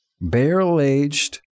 barrel-aged